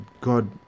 God